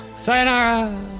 Sayonara